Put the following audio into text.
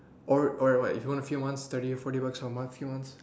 or or or what if you want a few months thirty forty bucks for about a few months